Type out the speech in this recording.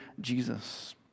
Jesus